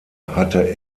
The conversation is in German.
hatte